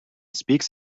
speaks